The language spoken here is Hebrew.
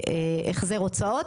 להשתחרר מפרסונליזציה.